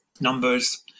numbers